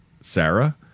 Sarah